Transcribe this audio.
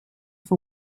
for